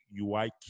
UI